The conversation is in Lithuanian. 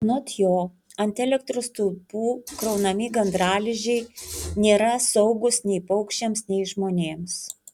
anot jo ant elektros stulpų kraunami gandralizdžiai nėra saugūs nei paukščiams nei žmonėms